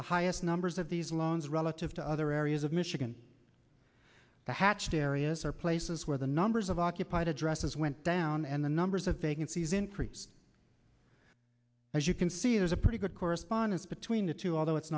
the highest numbers of these loans relative to other areas of michigan the hatched areas are places where the numbers of occupied addresses went down and the numbers of vacancies increase as you can see there's a pretty good correspondence between the two although it's